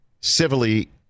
civilly